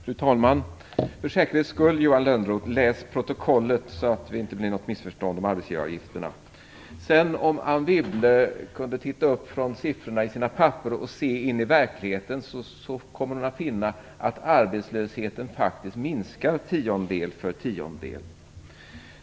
Fru talman! Läs för säkerhets skull protokollet, Johan Lönnroth, så att det inte blir något missförstånd om arbetsgivaravgifterna! Om Anne Wibble kunde titta upp från siffrorna i sina papper och se in i verkligheten kommer hon att finna att arbetslösheten faktiskt minskar tiondel för tiondel.